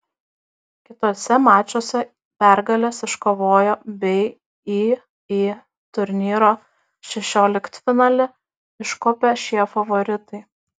kituose mačuose pergales iškovojo bei į į turnyro šešioliktfinalį iškopė šie favoritai